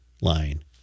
line